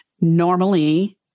Normally